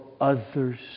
others